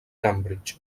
cambridge